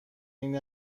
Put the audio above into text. این